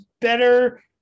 better